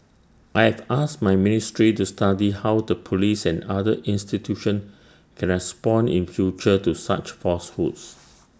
I have asked my ministry to study how the Police and other institutions can respond in future to such falsehoods